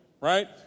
right